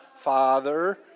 Father